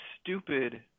stupid